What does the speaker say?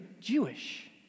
Jewish